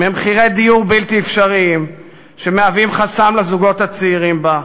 ממחירי דיור בלתי אפשריים שמהווים חסם לזוגות הצעירים בה.